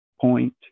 point